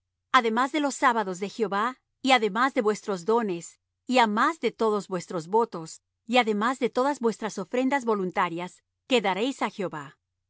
además de los sábados de jehová y además de vuestros dones y á más de todos vuestros votos y además de todas vuestras ofrendas voluntarias que daréis á jehová